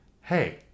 hey